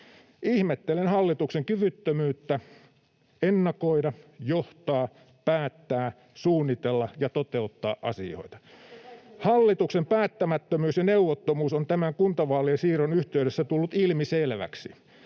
Ihmettelen hallituksen kyvyttömyyttä ennakoida, johtaa, päättää, suunnitella ja toteuttaa asioita. Hallituksen päättämättömyys ja neuvottomuus on tämän kuntavaalien siirron yhteydessä tullut ilmiselväksi.